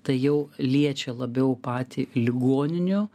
tai jau liečia labiau patį ligoninių